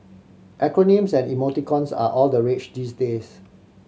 acronyms and emoticons are all the rage these days